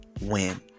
win